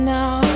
now